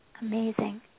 Amazing